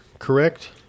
correct